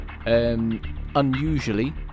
Unusually